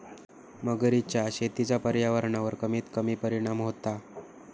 मगरीच्या शेतीचा पर्यावरणावर कमीत कमी परिणाम होता